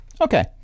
Okay